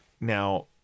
Now